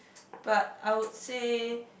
but I would say